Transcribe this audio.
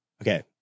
Okay